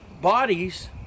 bodies